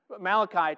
Malachi